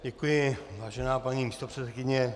Děkuji, vážená paní místopředsedkyně.